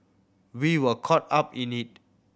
we were caught up in it